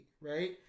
Right